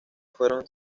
fueron